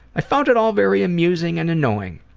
i found it all very amusing and annoying.